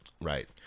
Right